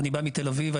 ואני בא מתל אביב,